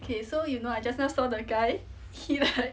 okay so you know I just now so the guy he like